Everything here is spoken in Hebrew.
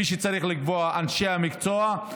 מי שצריך לקבוע זה אנשי המקצוע,